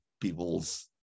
people's